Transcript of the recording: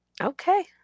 Okay